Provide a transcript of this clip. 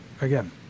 again